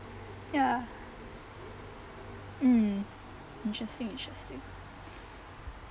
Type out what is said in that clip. ya mm interesting interesting